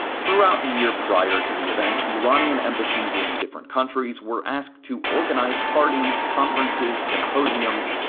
throughout the year prior to the event, iranian embassies in different countries were asked to organize parties, conferences, symposiums,